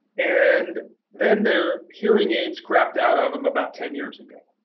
and then their hearing aids crapped out on them about ten years ago.